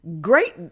great